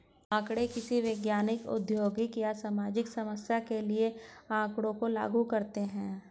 आंकड़े किसी वैज्ञानिक, औद्योगिक या सामाजिक समस्या के लिए आँकड़ों को लागू करते है